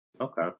Okay